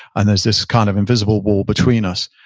and there's this kind of invisible wall between us.